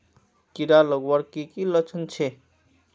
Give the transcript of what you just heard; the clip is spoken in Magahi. कीड़ा लगवार की की लक्षण छे?